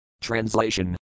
Translation